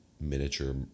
miniature